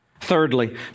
Thirdly